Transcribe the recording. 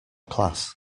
class